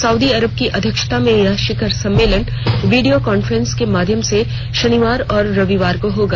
Saudi Arab की अध्यक्षता में यह शिखर सम्मेलन वीडियो कांफ्रेंस के माध्यम से शनिवार और रविवार को होगा